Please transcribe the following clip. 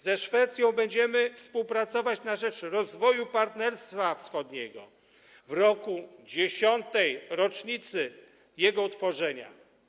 Ze Szwecją będziemy współpracować na rzecz rozwoju Partnerstwa Wschodniego w roku 10. rocznicy jego utworzenia.